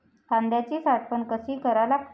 कांद्याची साठवन कसी करा लागते?